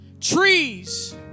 trees